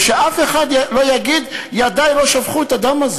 ושאף אחד לא יגיד: ידי לא שפכו את הדם הזה.